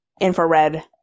infrared